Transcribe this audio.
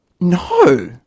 No